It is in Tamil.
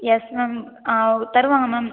எஸ் மேம் தருவாங்க மேம்